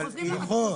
אין ויכוח על זה.